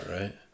right